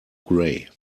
gray